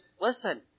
Listen